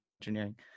engineering